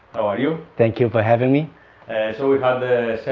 how are you? thank you for having me and so we